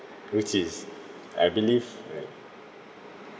which is I believe like